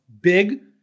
big